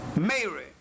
Mary